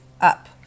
up